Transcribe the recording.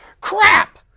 Crap